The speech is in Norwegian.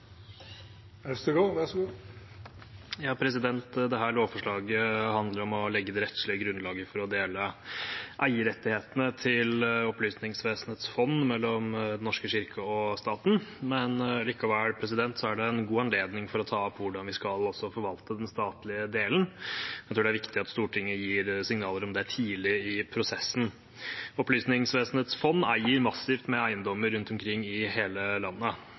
rettslige grunnlaget for å dele eierrettighetene til Opplysningsvesenets fond mellom Den norske kirke og staten. Likevel er det en god anledning for å ta opp hvordan vi også skal forvalte den statlige delen. Jeg tror det er viktig at Stortinget gir signaler om det tidlig i prosessen. Opplysningsvesenets fond eier massivt med eiendommer rundt om i hele landet.